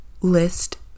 list